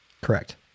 Correct